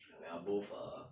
we are both err